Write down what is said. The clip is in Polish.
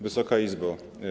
Wysoka Izbo!